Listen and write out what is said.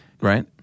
right